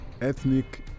ethnic